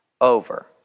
over